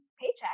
paycheck